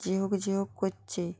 যে হোক যে হোক করছে